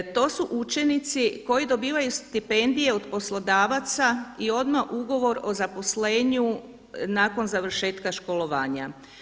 To su učenici koji dobivaju stipendije od poslodavaca i odmah ugovor o zaposlenju nakon završetka školovanja.